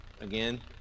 again